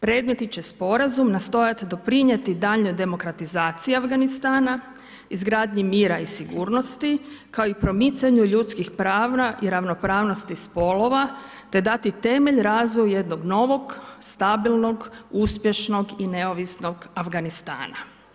Predmetni će Sporazum nastojat doprinijeti daljnjoj demokratizaciji Afganistana, izgradnji mira i sigurnosti kao i promicanju ljudskih prava i ravnopravnosti spolova te dati temelj razvoju jednom novog stabilnog uspješnog i neovisnog Afganistana.